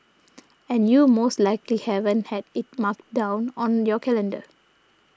and you most likely haven't had it marked down on your calendar